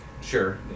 Sure